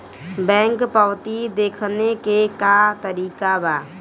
Bank पवती देखने के का तरीका बा?